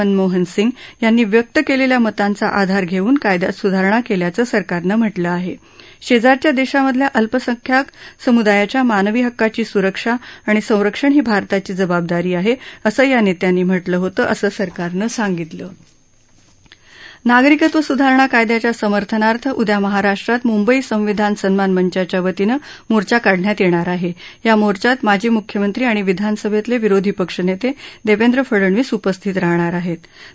मनमोहन सिंग यांनी व्यक्त कालक्ष्या मतांचा आधार घर्ठन कायदयात सुधारणा काळ्याचं सरकारनं म्ह लं आह शमारच्या दश्वांमधल्या अल्पसंख्याक सम्दायाच्या मानवी हक्कांची स्रक्षा आणि संरक्षण ही भारताची जबाबदारी आह असं या नप्त्यांनी म्ह लं होतं असं सरकारनं सांगितलं आह नागरिकत्व स्धारणा कायद्याच्या समर्थनार्थ उदया महाराष्ट्रात मुंबईत संविधान सन्मान मंचाच्या वतीनं मोर्चा काढण्यात यप्तार आह या मोर्चात माजी म्ख्यमंत्री आणि विधानसभप्रल विरोधी पक्षनप्र दबेंद्र फडणवीस उपस्थित राहणार आहप्र